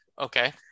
okay